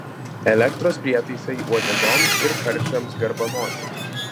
elektros prietaisai uodegoms ir karčiams garbanoti